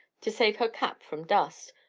to save her cap from dust,